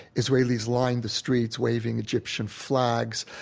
israelis lined the streets waving egyptian flags.